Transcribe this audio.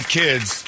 kids